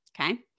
Okay